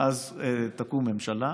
תקום ממשלה.